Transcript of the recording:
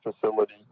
facility